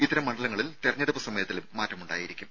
ഇത്തരം മണ്ഡലങ്ങളിൽ തെരഞ്ഞെടുപ്പ് സമയത്തിലും മാറ്റമുണ്ടായിരിക്കും